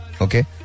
Okay